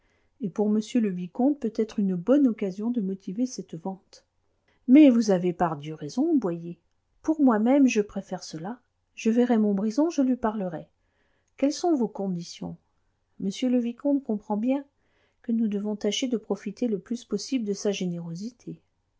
et pour monsieur le vicomte peut-être une bonne occasion de motiver cette vente mais vous avez pardieu raison boyer pour moi-même je préfère cela je verrai montbrison je lui parlerai quelles sont vos conditions monsieur le vicomte comprend bien que nous devons tâcher de profiter le plus possible de sa générosité